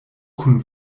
kun